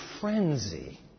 frenzy